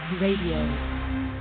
Radio